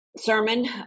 sermon